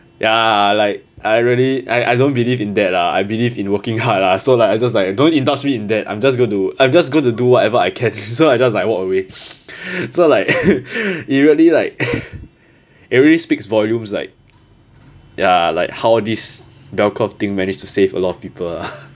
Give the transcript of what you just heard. ya like I really I I don't believe in that ah I believe in working hard lah so like I just like don't indulge me in that I'm just going to I'm just going to do whatever I can so i just like walk away so like usually like it really speaks volumes like ya like how this bell curve thing managed to save a lot of people ah